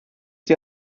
die